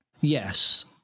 Yes